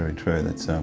very true. that's